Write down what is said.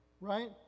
Right